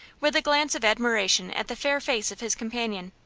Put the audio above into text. with a glance of admiration at the fair face of his companion.